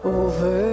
over